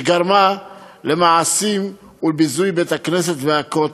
שגרמה למעשים ולביזוי בית-הכנסת והכותל,